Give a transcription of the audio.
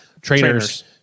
trainers